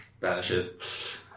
vanishes